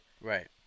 right